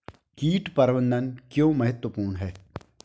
कीट प्रबंधन क्यों महत्वपूर्ण है?